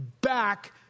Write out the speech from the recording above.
back